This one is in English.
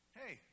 hey